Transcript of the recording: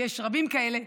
ויש רבים כאלה,